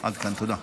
עד כאן, תודה.